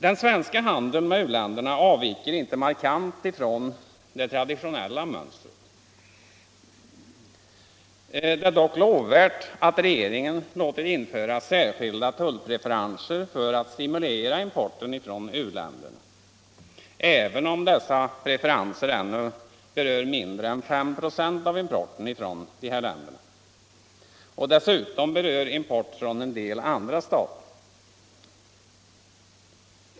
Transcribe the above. Den svenska handeln med u-länderna avviker inte markant från det traditionella mönstret. Det är dock lovvärt att regeringen låtit införa särskilda tullpreferenser för att stimulera importen från u-länderna, även om dessa preferenser ännu berört mindre än 5 26 av importen från dessa länder, och dessutom berör import från en del andra stater.